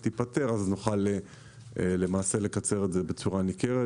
נוכל לקצר את זה בצורה ניכרת.